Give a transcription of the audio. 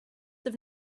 have